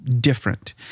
different